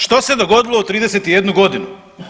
Što se dogodilo u 31 godinu?